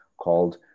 called